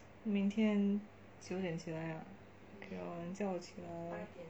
明天九点起来啊 okay lor 你叫我起来